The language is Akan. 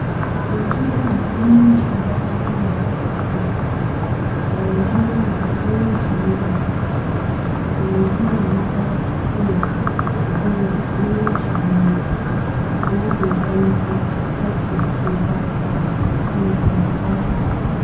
Ndwom ahorow pii na ͻwͻ hͻ na dza m'enyi gye ho nye "highlife" a ofir Ghana. Siantsir nye dɛ, meyɛ Ghananyi na dɛm ndwom yi kasa kyerɛ nyimpa ara yie osiandɛ mpanyimfo dodowara wͻtoow dɛm ndwom yi na wͻka nsɛm kyerɛ hɛn fa abrabͻ ho nna mbrɛ ibesi abͻ wo bra a obesi wo yie, nna ͻkasa kyerɛ hɛn pii.